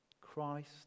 Christ